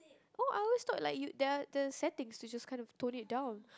oh I always thought like you their the settings you just kind of tone it down